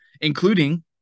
including